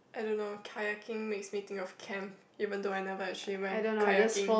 I don't know kayaking makes me think of camp even though I never actually went kayaking